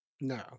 No